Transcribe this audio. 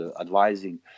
advising